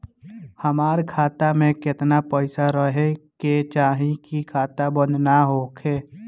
हमार खाता मे केतना पैसा रहे के चाहीं की खाता बंद ना होखे?